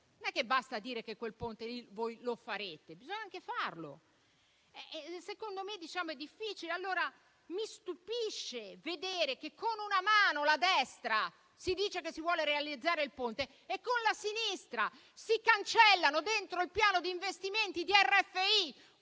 non è che basta dire che quel ponte voi lo farete, bisogna anche farlo. E secondo me è difficile. Allora mi stupisce vedere che con una mano, la destra, si dice che si vuole realizzare il ponte e con la sinistra si cancellano dentro il piano di investimenti di RFI